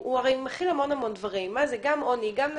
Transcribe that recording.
הוא הרי מכיל המון-המון דברים: גם עוני, גם נשים,